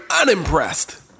unimpressed